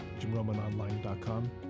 jimromanonline.com